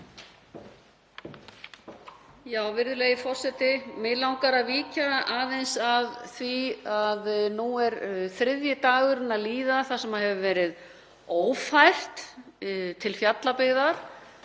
Virðulegi forseti. Mig langar að víkja aðeins að því að nú er þriðji dagurinn að líða þar sem hefur verið ófært til Fjallabyggðar